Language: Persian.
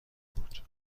بود